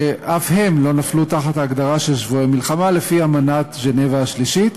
שאף הם לא נפלו תחת ההגדרה של שבויי מלחמה לפי אמנת ז'נבה השלישית,